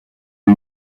est